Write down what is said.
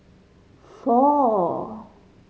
four